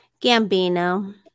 Gambino